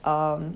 um